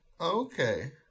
Okay